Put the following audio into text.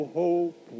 hope